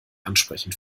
ansprechend